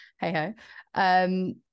hey-ho